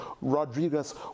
Rodriguez